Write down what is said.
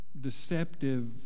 deceptive